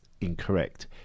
incorrect